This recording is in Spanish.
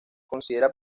considera